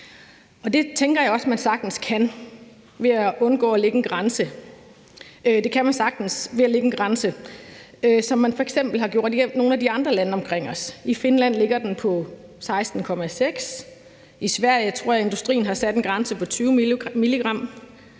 det tænker jeg også man sagtens kan undgå ved at lægge en grænse, som man f.eks. har gjort det i nogle af de andre lande omkring os. I Finland ligger den på 16,6 mg, og i Sverige tror jeg industrien har sat en grænse på 20 mg.